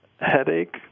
headache